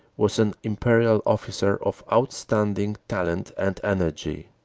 was an imperial officer of outstanding talent and energy.